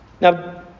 Now